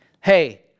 Hey